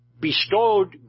bestowed